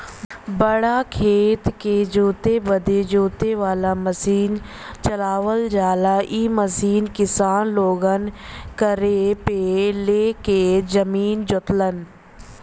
बड़ा खेत के जोते बदे जोते वाला मसीन चलावल जाला इ मसीन किसान लोगन किराए पे ले के जमीन जोतलन